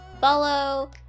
follow